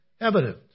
evident